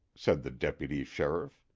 said the deputy sheriff.